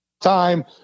time